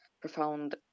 profound